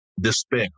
despair